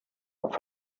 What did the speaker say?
auf